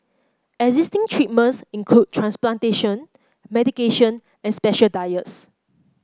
existing treatments include transplantation medication and special diets